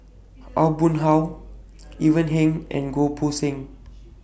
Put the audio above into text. Aw Boon Haw Ivan Heng and Goh Poh Seng